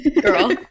girl